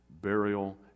burial